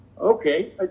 Okay